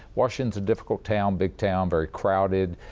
washington is a difficult town, big town, very crowded.